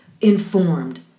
informed